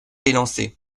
élancé